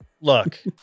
look